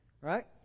Right